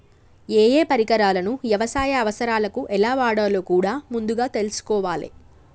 ఏయే పరికరాలను యవసాయ అవసరాలకు ఎలా వాడాలో కూడా ముందుగా తెల్సుకోవాలే